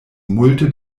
multe